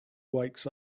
wakes